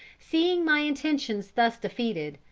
seeing my intentions thus defeated,